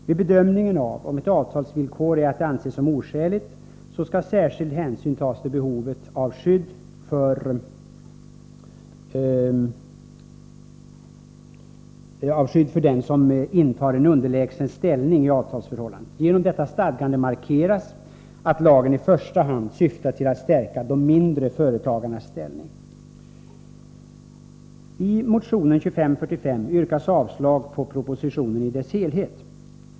Vid bedömningen av om ett avtalsvillkor är att anse som oskäligt bör särskild hänsyn tas till behovet av skydd för den som intar en underlägsen ställning i avtalsförhållandet. Genom detta stadgande markeras att lagen i första hand syftar till att stärka de mindre företagarnas ställning. I motionen 2545 yrkas avslag på propositionen i dess helhet.